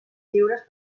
lliures